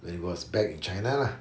when he was back in china lah